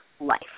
life